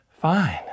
fine